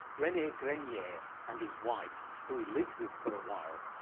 rene grenier and his wife, who he lived with for a while,